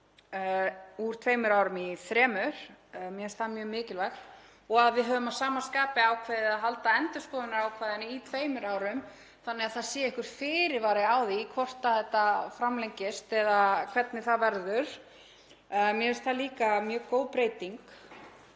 úr tveimur árum í þrjú. Mér finnst það mjög mikilvægt og að við höfum að sama skapi ákveðið að halda endurskoðunarákvæðinu í tveimur árum þannig að það sé einhver fyrirvari á því hvort þetta framlengist eða hvernig það verður. Mér finnst það mjög góð breyting.